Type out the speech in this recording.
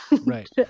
right